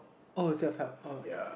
uh self help uh